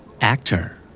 Actor